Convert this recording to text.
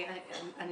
אני